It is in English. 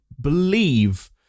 believe